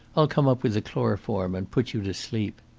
i'll come up with the chloroform and put you to sleep.